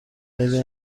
خیلی